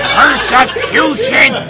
persecution